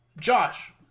Josh